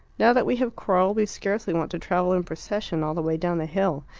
now that we have quarrelled we scarcely want to travel in procession all the way down the hill.